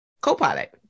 co-pilot